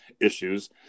issues